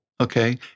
Okay